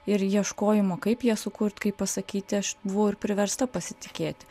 ir ieškojimo kaip ją sukurt kaip pasakyti aš buvau ir priversta pasitikėti